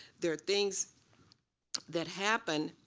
there are things that happen